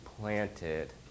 planted